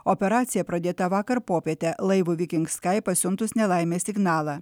operacija pradėta vakar popietę laivui viking skai pasiuntus nelaimės signalą